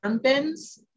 bins